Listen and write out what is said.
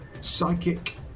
psychic